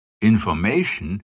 Information